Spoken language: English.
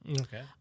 okay